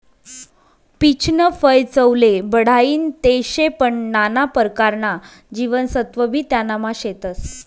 पीचनं फय चवले बढाईनं ते शे पन नाना परकारना जीवनसत्वबी त्यानामा शेतस